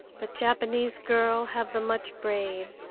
but japanese girl have the much brave,